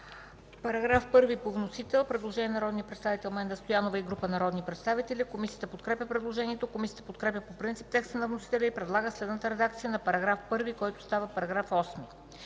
Параграф 1 по вносител – предложение на народния представител Менда Стоянова и група народни представители. Комисията подкрепя предложението. Комисията подкрепя по принцип текста на вносителя и предлага следната редакция на § 1, който става § 8: „§ 8.